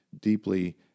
deeply